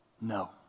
No